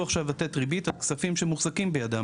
עכשיו לתת ריבית על כספים שמוחזקים בידם.